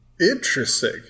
Interesting